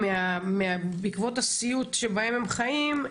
בעקבות הסיוט שבו הם חיים,